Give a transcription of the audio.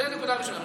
זאת נקודה ראשונה.